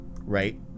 right